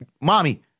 mommy